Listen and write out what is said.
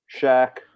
Shaq